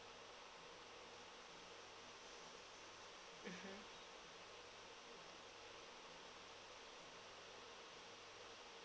mmhmm